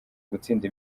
gutsinda